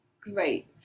great